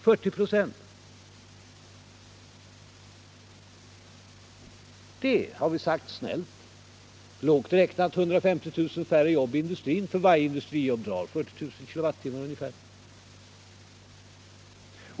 40 "» innebär lågt räknat 150 000 färre jobb i industrin. Varje industrijobb drar ungefär 40000 kilo wattimmar.